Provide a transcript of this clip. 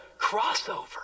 crossover